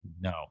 No